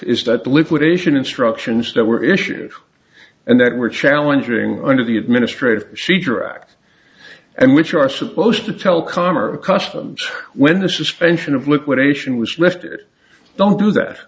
is that the liquidation instructions that were issued and that were challenging under the administrative sheetrock and which are supposed to telkom are accustomed when the suspension of liquidation was lifted don't do that